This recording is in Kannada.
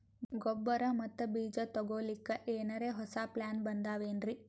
ಗೊಬ್ಬರ ಮತ್ತ ಬೀಜ ತೊಗೊಲಿಕ್ಕ ಎನರೆ ಹೊಸಾ ಪ್ಲಾನ ಬಂದಾವೆನ್ರಿ?